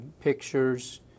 pictures